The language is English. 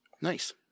Nice